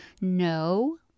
no